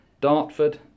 Dartford